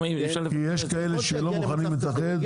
כי יש כאלה שלא מוכנים להתאגד.